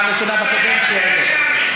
פעם ראשונה בקדנציה הזאת,